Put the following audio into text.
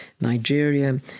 Nigeria